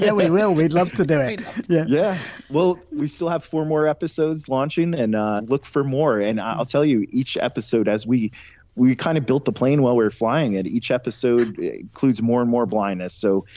yeah we will, we'd love to do it yeah, yeah well we still have four more episodes launching and um look for more. and i'll tell you each episode, as we we kind of build the plane while we were flying it, each episode includes more and more blindness. so,